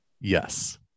yes